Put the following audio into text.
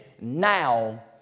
now